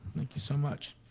thank you so much.